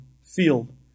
field